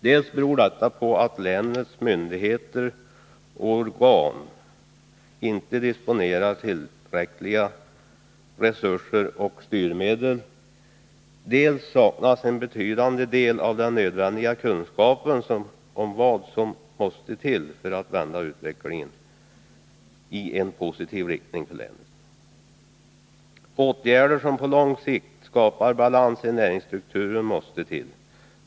Dels disponerar länets myndigheter och organ inte tillräckliga resurser och styrmedel, dels saknas en betydande del av den nödvändiga kunskapen om vad som måste till för att vända utvecklingen i en positiv riktning för länet. Åtgärder som på lång sikt skapar balans i näringsstrukturen måste till.